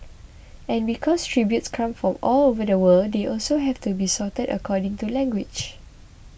and because tributes come from all over the world they also have to be sorted according to language